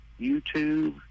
YouTube